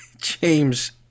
James